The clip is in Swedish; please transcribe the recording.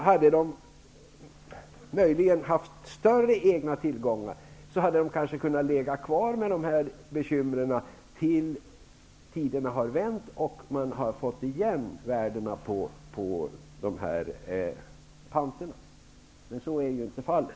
Hade bankerna haft större egna tillgångar, hade bankerna möjligen kunnat ligga kvar med bekymren tills tiderna hade vänt och panterna återfått sitt värde. Men så blev inte fallet.